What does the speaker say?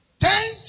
Ten